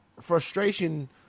frustration